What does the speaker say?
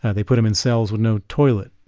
ah they put him in cells with no toilet,